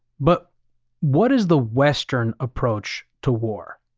but what is the western approach to war?